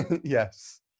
Yes